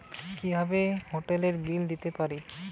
কিভাবে হোটেলের বিল দিতে পারি?